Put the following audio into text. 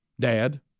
Dad